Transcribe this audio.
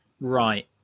right